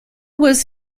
was